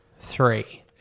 three